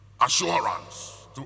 assurance